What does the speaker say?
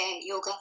yoga